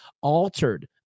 altered